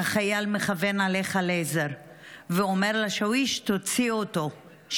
החייל מכוון עליך לייזר ואומר לשאוויש: תוציאו אותו,